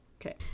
Okay